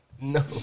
No